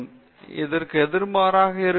இது இதற்கு எதிர்மாறாக இருக்கும்